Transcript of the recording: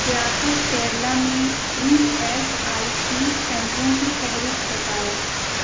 ریاست کیرلا میں E S I C سنٹروں کی فہرست بتاؤ